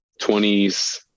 20s